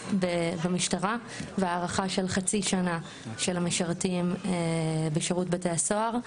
במשטרה ולהאריך בחצי שנה את ההסדר של המשרתים בשירות בתי הסוהר.